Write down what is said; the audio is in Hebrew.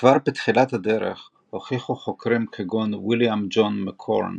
כבר בתחילת הדרך הוכיחו חוקרים כגון ויליאם ג'ון מקורן